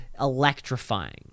electrifying